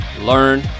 learn